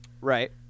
Right